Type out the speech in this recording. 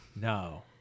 no